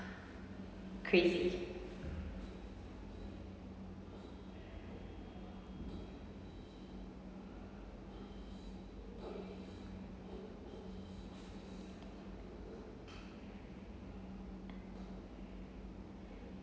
crazy